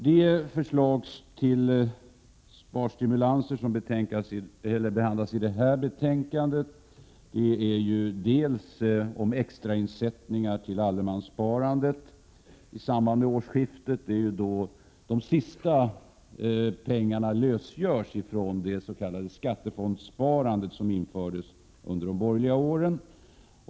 De två förslag till sparstimulanser som behandlas i detta betänkande är för det första extrainsättningar till allemanssparande i samband med årsskiftet — det är ju då som de sista pengarna lösgörs ifrån det s.k. skattefondssparandet som infördes under de borgerliga åren.